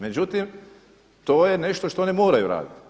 Međutim to je nešto što ne moraju raditi.